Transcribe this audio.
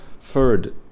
third